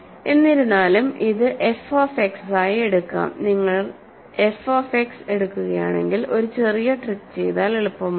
എന്നിരുന്നാലും ഇത് f of x ആയി എടുക്കാം നിങ്ങൾ എഫ് ഓഫ് എക്സ് എടുക്കുകയാണെങ്കിൽ ഒരു ചെറിയ ട്രിക്ക് ചെയ്താൽ എളുപ്പമാകും